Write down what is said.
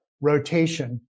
rotation